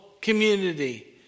community